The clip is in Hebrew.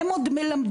הם עוד מלמדים.